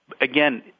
Again